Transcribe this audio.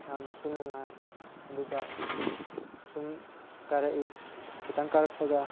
ꯌꯥꯃꯅꯁꯨ ꯅꯨꯉꯥꯏ ꯑꯗꯨꯒ ꯁꯨꯝ ꯀꯥꯔꯛꯏ ꯈꯤꯇꯪ ꯀꯥꯔꯛꯄꯒ